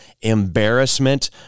embarrassment